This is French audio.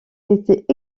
était